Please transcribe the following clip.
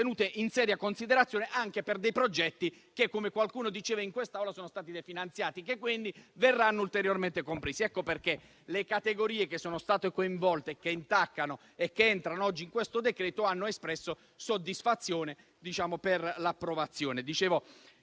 tenute in seria considerazione anche per i progetti che - come qualcuno diceva in quest'Aula - sono stati definanziati e che verranno ulteriormente compresi. Per questo le categorie che sono state coinvolte e che entrano nel decreto-legge in esame hanno espresso soddisfazione per la sua approvazione.